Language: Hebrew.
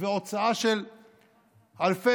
והוצאה של אלפי